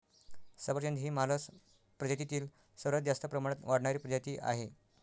सफरचंद ही मालस प्रजातीतील सर्वात जास्त प्रमाणात वाढणारी प्रजाती आहे